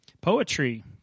Poetry